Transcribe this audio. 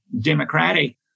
democratic